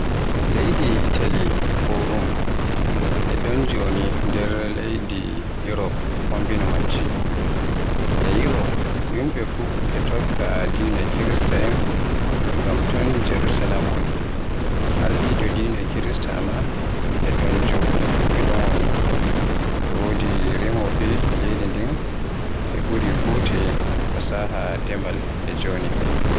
Leydi Italy ko Rome e ɗon joni nder leyde Urop, fombina majji. E Rome yimɓe fuf e tokka diina Kirista ngam e ton Jarusalam woni, Ardiɗo dina Kirista maa e ɗon woni. E wodi remowoɓe e leydi nden, ɓe ɓuri kotoye fasaha demal e joni.